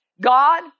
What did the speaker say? God